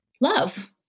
love